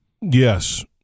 Yes